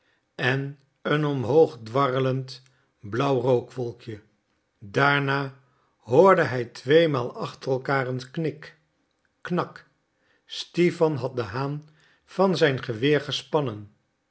en een omhoog dwarrelend blauw rookwolkje daarna hoorde hij tweemaal achter elkander een knik knak stipan had den haan van zijn geweer gespannen